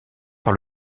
par